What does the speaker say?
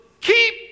keep